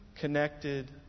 connected